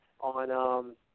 on